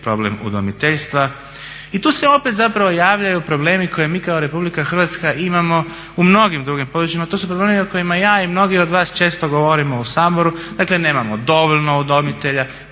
problem udomiteljstva. I tu se opet zapravo javljaju problemi koje mi kao RH imamo u mnogim drugim područjima, to su problemi o kojima ja i mnogi od vas često govorimo u Saboru. Dakle, nemamo dovoljno udomitelja,